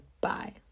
bye